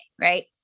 Right